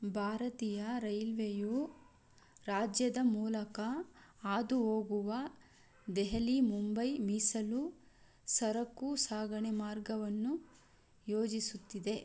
ಭಾರತೀಯ ರೈಲ್ವೆಯು ರಾಜ್ಯದ ಮೂಲಕ ಹಾದು ಹೋಗುವ ದೆಹಲಿ ಮುಂಬೈ ಮೀಸಲು ಸರಕು ಸಾಗಣೆ ಮಾರ್ಗವನ್ನು ಯೋಜಿಸುತ್ತಿದೆ